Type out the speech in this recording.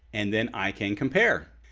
and then i can compare.